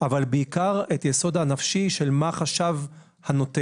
אבל בעיקר את היסוד הנפשי של מה חשב הנותן.